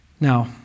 Now